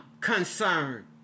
concerned